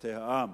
פשוטי העם,